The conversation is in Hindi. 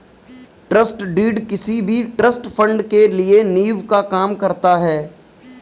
ट्रस्ट डीड किसी भी ट्रस्ट फण्ड के लिए नीव का काम करता है